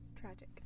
tragic